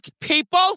people